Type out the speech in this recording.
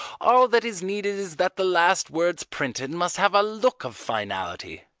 all that is needed is that the last words printed must have a look of finality.